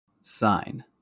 Sign